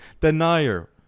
Denier